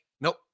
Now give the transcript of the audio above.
Nope